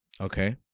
okay